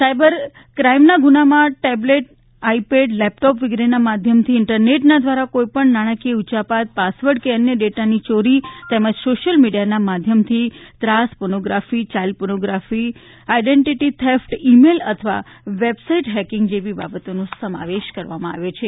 cyber ક્રાઇમના ગુનામાં tablet iPad laptop વગેરેના માધ્યમથી ઇન્ટરનેટના દ્વારા કોઇપણ નાણાંકીય ઉયાપત પાસવોર્ડ કે અન્ય ડેટાની ચોરી તેમજ સોશિયલ મીડિયાના માધ્યમથી ત્રાસ pornography child pornography identity theft email અથવા વેબસાઇટ હેકિંગ જેવી બાબતોનો સમાવેશ કરવામાં આવ્યો છે